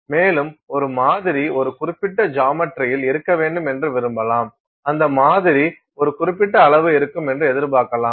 மேலும் ஒரு மாதிரி ஒரு குறிப்பிட்ட ஜாமெட்ரியில் இருக்க வேண்டும் என்று விரும்பலாம் அந்த மாதிரி ஒரு குறிப்பிட்ட அளவு இருக்கும் என்று எதிர்பார்க்கலாம்